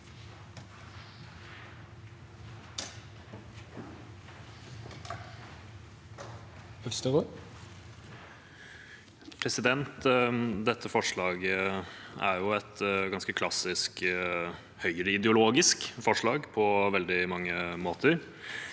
leder): Dette forslaget er ganske klassisk høyreideologisk på veldig mange måter.